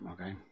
Okay